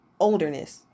Olderness